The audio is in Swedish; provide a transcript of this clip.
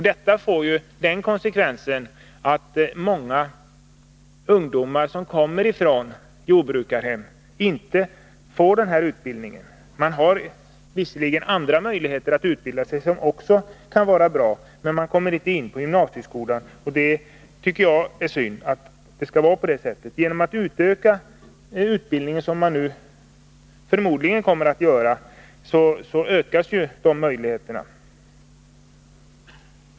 Detta får den konsekvensen att många ungdomar som kommer från jordbrukarhem inte får den utbildning de önskar. Det finns visserligen andra möjligheter till utbildning som också kan vara bra, men de kommer inte in på gymnasieskolan, och jag tycker att det är synd att det skall vara på det sättet. Genom att utöka utbildningen, som man nu förmodligen kommer att göra, ökar man ju intagningsmöjligheterna.